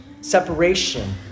separation